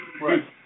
Right